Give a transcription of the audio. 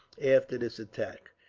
after this attack,